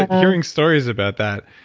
hearing stories about that,